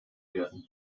werden